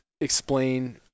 explain